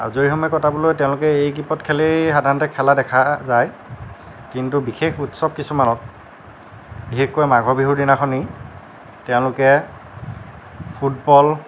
আজৰি সময় কটাবলৈ তেওঁলোকে এই কেইপদ খেলেই সাধাৰণতে খেলা দেখা যায় কিন্তু বিশেষ উৎসৱ কিছুমানত বিশেষকৈ মাঘৰ বিহুৰ দিনাখনি তেওঁলোকে ফুটবল